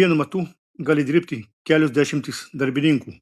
vienu metu gali dirbti kelios dešimtys darbininkų